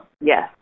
Yes